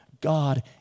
God